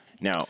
Now